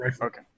Okay